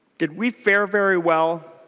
did we fare very well